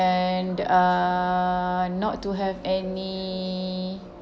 and err not to have any